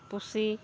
ᱯᱩᱥᱤ